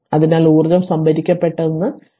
അതിനാൽ ഊർജ്ജം സംഭരിക്കപ്പെടുന്നുവെന്ന് ഇവിടെ കാണുക